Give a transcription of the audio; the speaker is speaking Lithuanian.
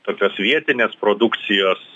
tokios vietinės produkcijos